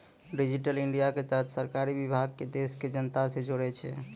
digital India के तहत सरकारी विभाग के देश के जनता से जोड़ै छै